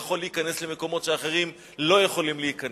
הוא יכול להיכנס למקומות שאחרים לא יכולים להיכנס.